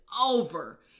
over